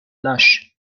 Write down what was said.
lâche